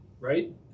Right